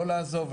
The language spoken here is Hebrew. לא לעזוב,